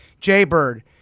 Jaybird